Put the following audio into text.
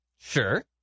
Sure